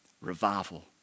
revival